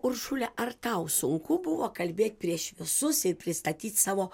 uršule ar tau sunku buvo kalbėt prieš visus ir pristatyt savo